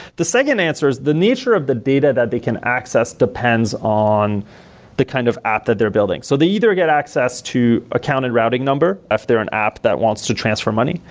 the second answer is the nature of the data that they can access depends on the kind of app that they're building. so they either get access to account and routing number if they're an app that wants to transfer money.